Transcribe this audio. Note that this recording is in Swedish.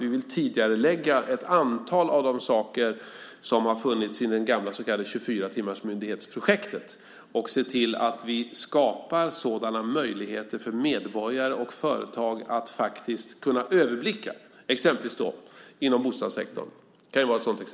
Vi vill tidigarelägga ett antal av de saker som har funnits inom det gamla så kallade 24-timmarsmyndighetsprojektet och se till att vi skapar möjligheter för medborgare och företag att faktiskt kunna överblicka vad som gäller inom exempelvis bostadssektorn.